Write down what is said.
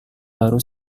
baru